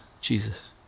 Jesus